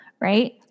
right